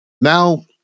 now